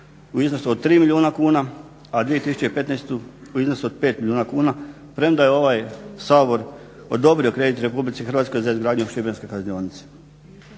u iznosu od 3 milijuna kuna, a 2015. u iznosu od 5 milijuna kuna, premda je ovaj Sabor odobrio kredit Republici Hrvatskoj za izgradnju šibenske kaznionice.